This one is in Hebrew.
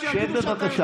עוד מס,